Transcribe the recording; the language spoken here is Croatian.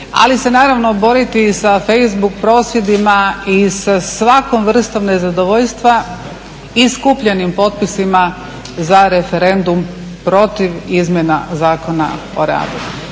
ali se naravno boriti i sa facebook prosvjedima i sa svakom vrstom nezadovoljstva i skupljenim potpisima za referendum protiv izmjena Zakona o radu.